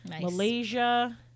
Malaysia